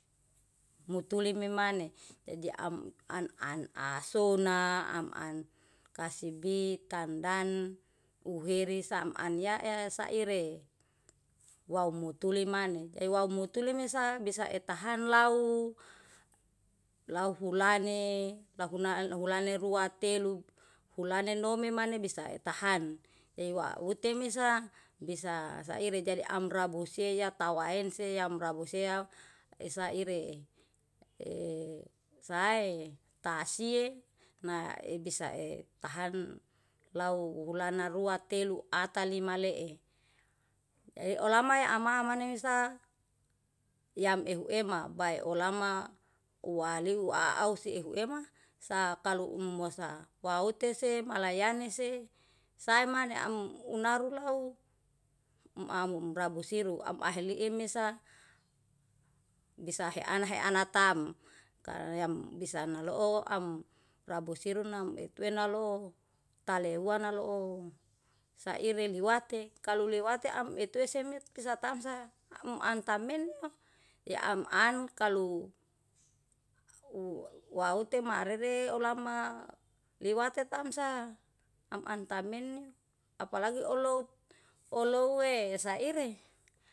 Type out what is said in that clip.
Mutuli memane jaji am an an ahsuna, am an kasibitan tandan uheri saem anyaa saire waumutuli mane gewaw mutuli mesa bisa etahanlau, lau hulane, lahuna an hulane ru ruatelu. Hulane nome mane bisa tahan, iwa utemesa bisa saire jadi amrabuseiya tawaense yamrabusea esaire e sae tasie nai ibisa e tahan lau ulana rua telu atalima lee. Jaji olama e amamane sa yamehuema baeolama uwaliw ausi ehuema sakalu umusa, waute semalayane se samane am unaru law am ulabu siru am aheliimesa bisa hean-heana tam. Kayam bisa naloo am rabusiru nam etuena lo taleuwa lanoo saire liwati kalu liwate am etuese mesa tamsah am antamena e am an kalu u waute marere olama liwate tamsa am anta meneapalagi oloub, oloue saire.